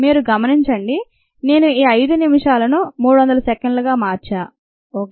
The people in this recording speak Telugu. మీరు గమనించండి నేను ఈ 5 నిమిషాలను 300 సెకండ్లుగా మార్చిన ఓకే